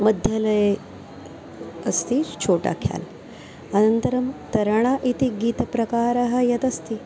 मध्यलये अस्ति छोटख्याल् अनन्तरं तराळ इति गीतप्रकारः यदस्ति